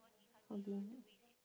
again